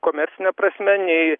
komercine prasme nei